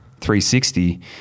360